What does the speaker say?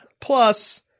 Plus